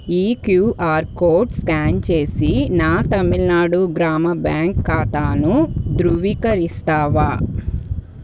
ఈ QR code scan చేసి నా తమిళనాడు గ్రామ బ్యాంక్ ఖాతాను ధృవీకరిస్తావా